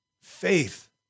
faith